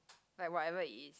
like whatever it is